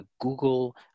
Google